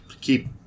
keep